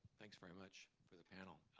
thanks very much for the panel.